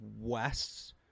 west